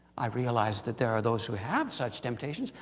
i realize that there are those who have such temptations,